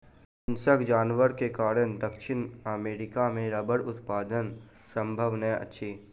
हिंसक जानवर के कारण दक्षिण अमेरिका मे रबड़ उत्पादन संभव नै अछि